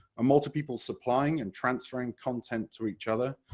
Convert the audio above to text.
multiple people supplying and transferring content to each other,